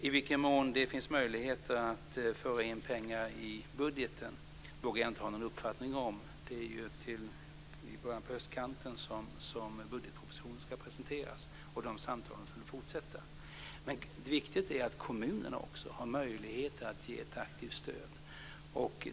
I vilken mån det finns möjligheter att föra in pengar i budgeten vågar jag inte ha någon uppfattning om. Det är på höstkanten som budgetpropositionen ska presenteras, och de samtalen kommer att fortsätta. Det är viktigt att också kommunerna har möjligheter att ge ett aktivt stöd.